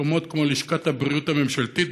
מקומות כמו לשכת הבריאות בירושלים,